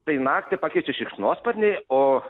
tai naktį pakeičia šikšnosparniai o